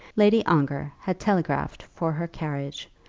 lady ongar had telegraphed for her carriage,